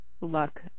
luck